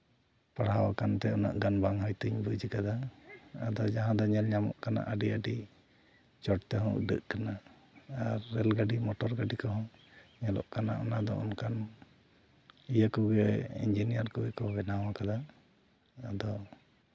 ᱯᱟᱲᱦᱟᱣ ᱟᱠᱟᱱᱛᱮ ᱩᱱᱟᱹᱜ ᱜᱟᱱ ᱵᱟᱝ ᱦᱚᱭᱛᱟᱹᱧ ᱵᱩᱡᱽ ᱠᱟᱫᱟ ᱟᱫᱚ ᱡᱟᱦᱟᱸ ᱫᱚ ᱧᱮᱞ ᱧᱟᱢᱚᱜ ᱠᱟᱱᱟ ᱟᱹᱰᱤ ᱟᱹᱰᱤ ᱪᱚᱴ ᱛᱮᱦᱚᱸ ᱩᱰᱟᱹᱜ ᱠᱟᱱᱟ ᱟᱨ ᱨᱮᱹᱞ ᱜᱟᱹᱰᱤ ᱢᱚᱴᱚᱨ ᱜᱟᱹᱰᱤ ᱠᱚᱦᱚᱸ ᱧᱮᱞᱚᱜ ᱠᱟᱱᱟ ᱚᱱᱟ ᱫᱚ ᱚᱱᱠᱟᱱ ᱤᱭᱟᱹ ᱠᱚᱜᱮ ᱤᱧᱡᱤᱱᱤᱭᱟᱨ ᱠᱚᱜᱮ ᱠᱚ ᱵᱮᱱᱟᱣ ᱠᱟᱫᱟ ᱟᱫᱚ